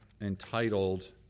entitled